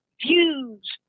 views